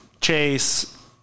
Chase